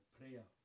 prayer